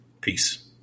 Peace